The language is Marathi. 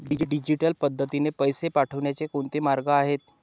डिजिटल पद्धतीने पैसे पाठवण्याचे कोणते मार्ग आहेत?